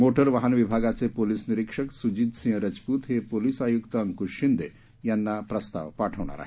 motor वाहन विभागाचे police निरीक्षक सुजितसिंह रजपूत हे पोलिस आयुक्त अंकुश शिंदे यांना प्रस्ताव पाठवणार आहेत